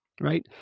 right